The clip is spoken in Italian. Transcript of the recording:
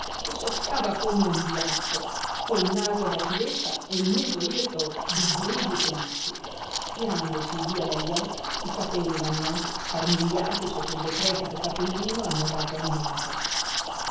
che soffiava come un biacco col naso da civetta e il muso irto di grigi peluzzi tirandosi via dagli occhi i capelli lanosi scarmigliati sotto il decrepito cappellino annodato al mento